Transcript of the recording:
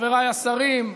חבריי השרים,